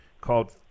called